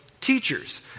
teachers